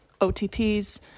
OTPs